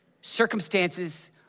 Circumstances